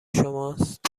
شماست